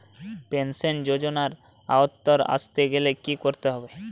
Pension যজোনার আওতায় আসতে গেলে কি করতে হবে?